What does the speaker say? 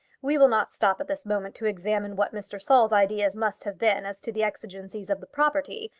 we will not stop at this moment to examine what mr. saul's ideas must have been as to the exigencies of the property,